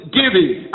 giving